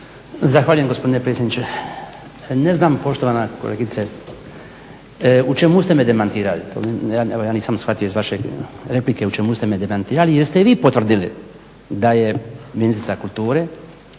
Zahvaljujem gospodine predsjedniče. Ne znam poštovana kolegice u čemu ste me demantirali, evo ja nisam shvatio iz vaše replike u čemu ste me demantirali jer ste vi potvrdili da je ministrica kulture